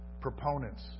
Proponents